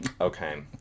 okay